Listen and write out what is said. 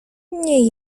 nie